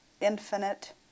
infinite